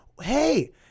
Hey